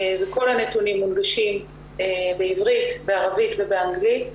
וכל הנתונים מונגשים בעברית בערבית ואנגלית,